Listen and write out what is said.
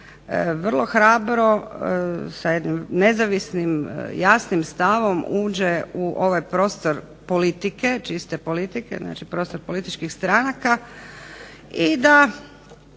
vrlo hrabro sa jednim nezavisnim jasnim stavom uđe u ovaj prostor politike, čiste politike, znači prostor političkih stranaka i da